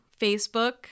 Facebook